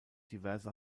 diverse